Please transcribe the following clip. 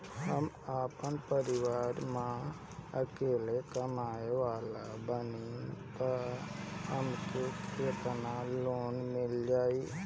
हम आपन परिवार म अकेले कमाए वाला बानीं त हमके केतना लोन मिल जाई?